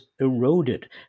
eroded